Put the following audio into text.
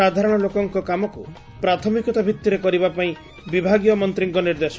ସାଧାରଶ ଲୋକଙ କାମକୁ ପ୍ରାଥମିକତା ଭିଭିରେ କରିବାପାଇଁ ବିଭାଗୀୟ ମନ୍ତୀଙ୍କ ନିର୍ଦ୍ଦେଶ